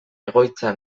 egoitza